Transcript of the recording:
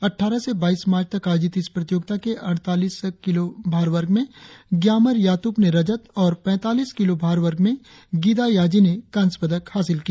अट्ठारह से बाईस मार्च तक आयोजित इस प्रतियोगिता के अड़तालीस किलोभार वर्ग में ग्यामर यातुप ने रजत और पैतालीस किलोभार वर्ग में गिदा याजी ने कास्य पदक हासिल किया